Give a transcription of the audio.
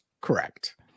correct